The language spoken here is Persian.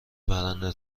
پرنده